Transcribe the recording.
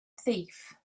thief